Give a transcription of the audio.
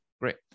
Great